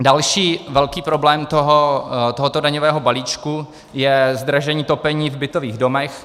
Další velký problém tohoto daňového balíčku je zdražení topení v bytových domech.